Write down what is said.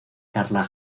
carla